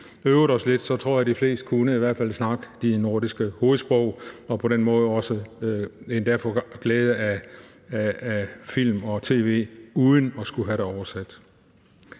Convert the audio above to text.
øvede os lidt, tror jeg i hvert fald de fleste kunne snakke de nordiske hovedsprog og på den måde også endda få glæde af film og tv uden at skulle have det oversat.